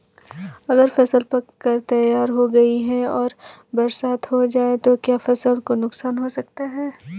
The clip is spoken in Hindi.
अगर फसल पक कर तैयार हो गई है और बरसात हो जाए तो क्या फसल को नुकसान हो सकता है?